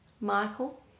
Michael